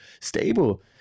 stable